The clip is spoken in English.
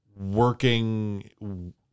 working